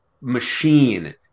machine